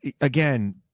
Again